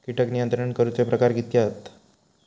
कीटक नियंत्रण करूचे प्रकार कितके हत?